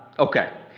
okay.